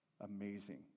amazing